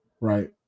right